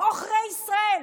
"עוכרי ישראל"